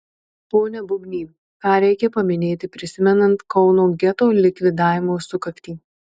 pone bubny ką reikia paminėti prisimenant kauno geto likvidavimo sukaktį